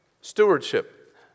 Stewardship